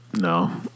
No